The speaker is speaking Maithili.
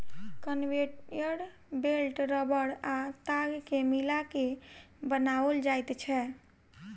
कन्वेयर बेल्ट रबड़ आ ताग के मिला के बनाओल जाइत छै